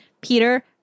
Peter